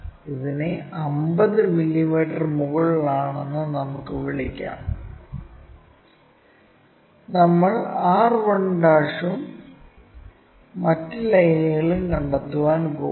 ഇതിനെ 50 മില്ലീമീറ്റർ മുകളിലാണെന്ന് നമുക്ക് വിളിക്കാം നമ്മൾ r1 ഉം മറ്റ് ലൈനുകളും കണ്ടെത്താൻ പോകുന്നു